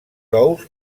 ous